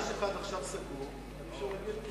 אם כביש 1 עכשיו סגור, אי-אפשר להגיע לירושלים.